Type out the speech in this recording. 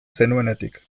zenuenetik